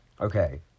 Okay